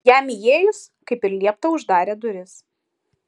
jam įėjus kaip ir liepta uždarė duris